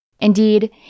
Indeed